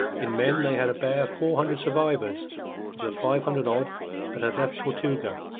in men they had a bare four hundred survivors of the five hundred-odd that had left tortuga,